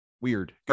weird